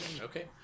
Okay